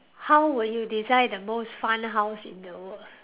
how would you design the most fun house in the world